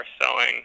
selling